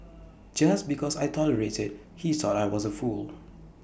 just because I tolerated he thought I was A fool